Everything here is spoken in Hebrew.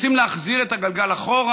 רוצים להחזיר את הגלגל אחורה?